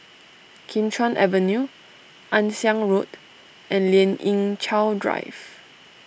Kim Chuan Avenue Ann Siang Road and Lien Ying Chow Drive